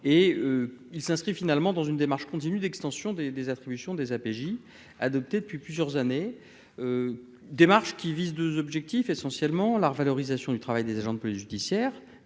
et il s'inscrit finalement dans une démarche continue d'extension des des attributions des APJ adoptée depuis plusieurs années, démarche qui vise 2 objectifs essentiellement la revalorisation du travail des agents de police judiciaire